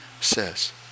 says